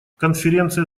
конференция